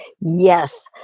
Yes